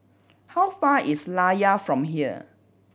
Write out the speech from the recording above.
how far is Layar from here